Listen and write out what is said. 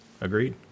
Agreed